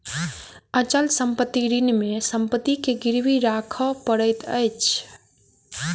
अचल संपत्ति ऋण मे संपत्ति के गिरवी राखअ पड़ैत अछि